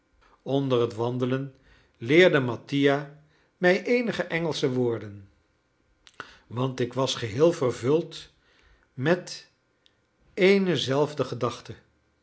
onder het wandelen leerde mattia mij eenige engelsche woorden want ik was geheel vervuld met eene zelfde gedachte